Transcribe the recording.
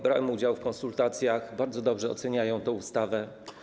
Brałem udział w konsultacjach, bardzo dobrze oceniają tę ustawę.